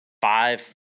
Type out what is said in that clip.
five